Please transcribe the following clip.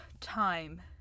Time